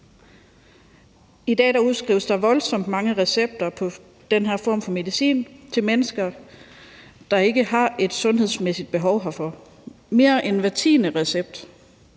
I dag udskrives der voldsomt mange recepter på den her form for medicin til mennesker, der ikke har et sundhedsmæssigt behov herfor. Mere end hver tiende recept